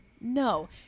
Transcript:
no